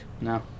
No